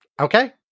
Okay